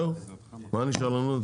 מה נשאר לנו?